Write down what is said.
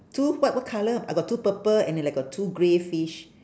two what what colour I got two purple and then I got two grey fish